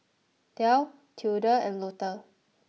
Delle Tilda and Lotta